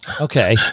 okay